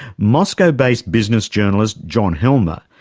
moscow-based business journalist, john helmer,